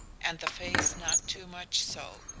and the face not too much so